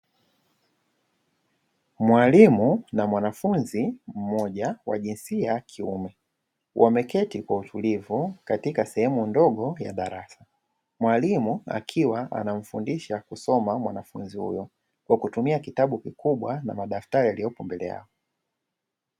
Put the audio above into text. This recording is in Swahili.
Mwalimu na mwanafunzi mmoja wa jinsia ya kiume, wameketi kwa utulivu katika sehemu ndogo ya darasa. Mwalimu akiwa anafundisha kusoma mwanafunzi huyo kwa kutumia kitabu kikubwa na madaftari yaliyopo mbele yao.